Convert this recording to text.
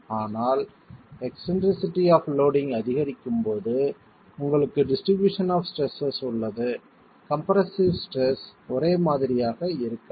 ஆனால் eccentricity of loading அதிகரிக்கும் போது உங்களுக்கு டிஸ்ட்ரிபியூஷன் ஆப் ஸ்ட்ரெஸ்ஸஸ் உள்ளது கம்ப்ரசிவ் ஸ்ட்ரெஸ் ஒரே மாதிரியாக இருக்காது